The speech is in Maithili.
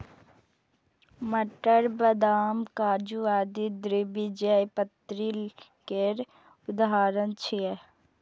मटर, बदाम, काजू आदि द्विबीजपत्री केर उदाहरण छियै